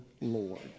Lord